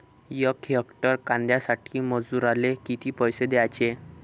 यक हेक्टर कांद्यासाठी मजूराले किती पैसे द्याचे?